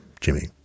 Jimmy